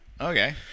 Okay